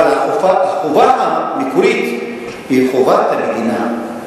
אבל החובה המקורית היא חובת המדינה,